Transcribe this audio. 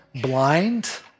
blind